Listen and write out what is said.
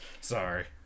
Sorry